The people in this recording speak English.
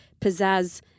pizzazz